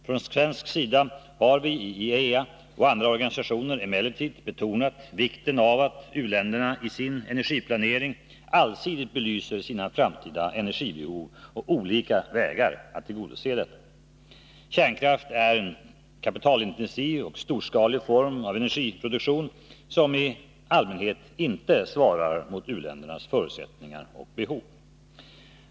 Från svensk sida har vi i IAEA och andra organisationer emellertid betonat vikten av att u-länderna i sin energiplanering allsidigt belyser sina framtida energibehov och olika vägar att tillgodose dessa. Kärnkraft är en kapitalintensiv och storskalig form av energiproduktion som i allmänhet inte svarar mot u-ländernas förutsättningar och behov.